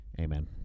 amen